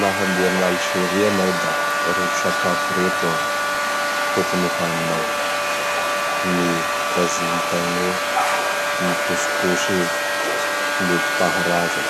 Laha andea an'Alzeria anao da reto sakafo reto tokony ho aninao. Ny Kazidegnô, ny Hoskosy netim-paharaza,